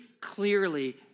clearly